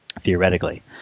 theoretically